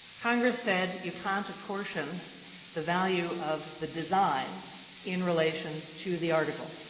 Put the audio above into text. congress said you can't apportion the value of the design in relation to the article.